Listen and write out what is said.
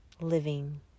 living